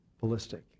ballistic